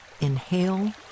inhale